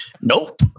Nope